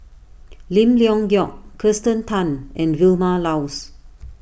Lim Leong Geok Kirsten Tan and Vilma Laus